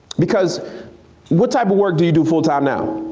because what type of work do you do full-time now?